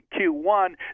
Q1